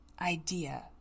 idea